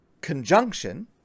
conjunction